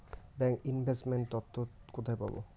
Bank investment তথ্য কোথায় পাব?